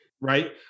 right